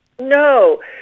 No